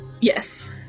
Yes